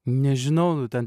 nežinau nu ten